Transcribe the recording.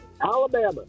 Alabama